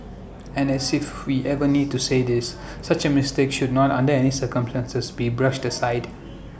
and as if we even need to say this such A mistake should not under any circumstances be brushed aside